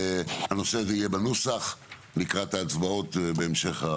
הנושא הזה יהיה בנוסח לקראת ההצבעות בהמשך,